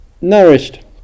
nourished